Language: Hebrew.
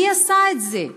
מי עשה את זה: